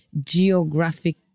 geographic